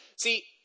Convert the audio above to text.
See